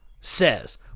says